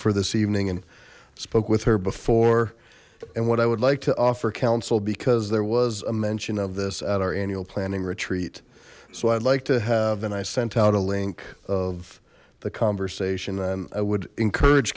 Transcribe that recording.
for this evening and spoke with her before and what i would like to offer council because there was a mention of this at our annual planning retreat so i'd like to have and i sent out a link of the conversation i would encourage